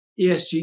ESG